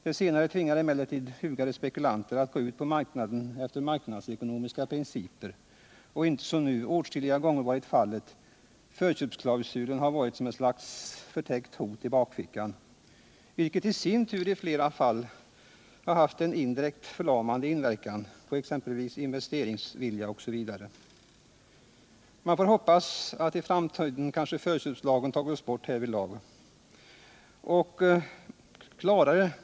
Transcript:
Det senare tvingar emellertid hugade spekulanter att gå ut på marknaden efter marknadsekonomiska principer och inte, som nu åtskilliga gånger varit fallet, med förköpsklausulen som ett slags förtäckt hot i bakfickan. Det har i sin tur i flera fall haft en indirekt förlamande verkan på exempelvis investeringsviljan. Man får hoppas att förköpslagen härvidlag tas bort i framtiden.